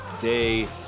Day